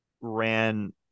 ran